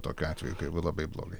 tokiu atveju kai jau labai blogai